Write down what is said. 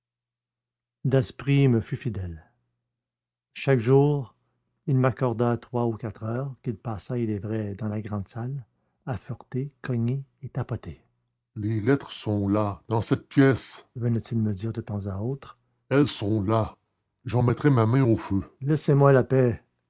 daspry me fut fidèle chaque jour il m'accorda trois ou quatre heures qu'il passa il est vrai dans la grande salle à fureter cogner et tapoter les lettres sont là dans cette pièce venait-il me dire de temps à autre elles sont là j'en mettrais ma main au feu laissez-moi la paix